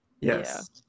yes